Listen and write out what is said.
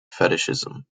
fetishism